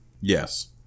Yes